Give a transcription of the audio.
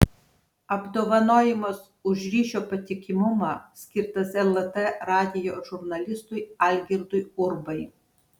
apdovanojimas už ryšio patikimumą skirtas lrt radijo žurnalistui algirdui urbai